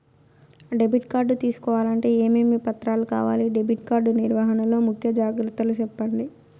Debit card తీసుకోవాలంటే ఏమేమి పత్రాలు కావాలి? డెబిట్ కార్డు నిర్వహణ లో ముఖ్య జాగ్రత్తలు సెప్పండి?